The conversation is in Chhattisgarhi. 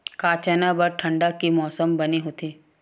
का चना बर ठंडा के मौसम बने होथे?